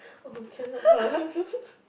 oh cannot laugh